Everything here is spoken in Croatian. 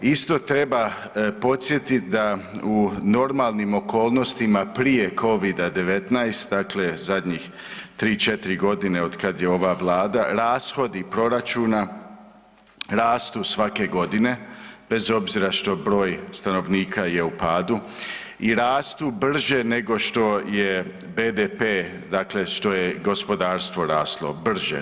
Isto treba podsjetiti da u normalnim okolnostima prije covid-19 dakle zadnjih tri, četiri godine od kada je ova Vlada, rashodi proračuna rastu svake godine, bez obzira što je broj stanovnika u padu i rastu brže nego što je BDP dakle što je gospodarstvo raslo brže.